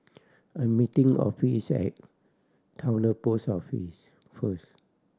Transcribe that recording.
I'm meeting Offie is at Towner Post Office first